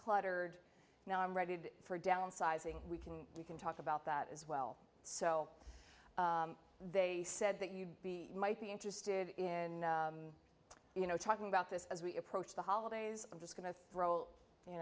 cluttered now i'm ready for downsizing we can we can talk about that as well so they said that you'd be might be interested in you know talking about this as we approach the holidays i'm just going to throw you